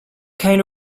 kind